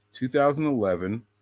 2011